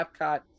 epcot